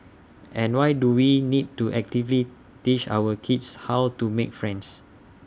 and why do we need to actively teach our kids how to make friends